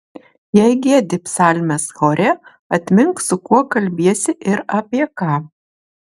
jei giedi psalmes chore atmink su kuo kalbiesi ir apie ką